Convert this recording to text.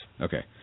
Okay